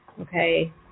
Okay